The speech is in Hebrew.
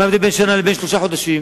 מה ההבדל בין שנה לבין שלושה חודשים?